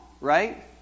right